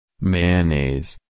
Mayonnaise